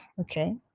okay